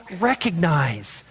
recognize